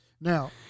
Now